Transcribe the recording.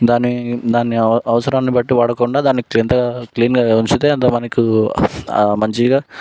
దాన్ని దాన్ని అవసరాన్నిబట్టి వాడకుండా దాని ఎంత క్లీన్గా ఉంచితే అంత మనకు మంచిగా